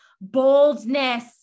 boldness